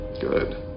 good